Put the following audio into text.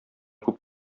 күп